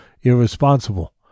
irresponsible